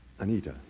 Anita